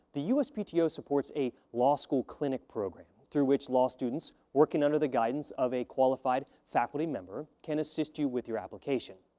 the uspto supports a law school clinic program, through which law students, working under the guidance of a qualified faculty member, can assist you with your application.